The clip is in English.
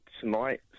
tonight